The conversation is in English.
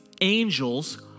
angels